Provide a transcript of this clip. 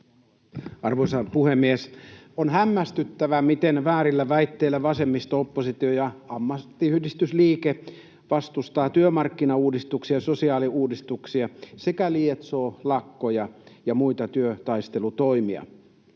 Arvoisa puhemies! On hämmästyttävää, miten väärillä väitteillä vasemmisto-oppositio ja ammattiyhdistysliike vastustavat työmarkkinauudistuksia ja sosiaaliuudistuksia sekä lietsovat lakkoja ja muita työtaistelutoimia